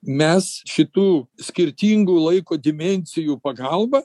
mes šitų skirtingų laiko dimensijų pagalba